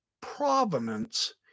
provenance